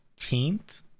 18th